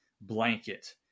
blanket